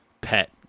pet